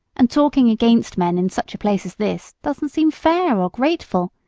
and talking against men in such a place as this doesn't seem fair or grateful,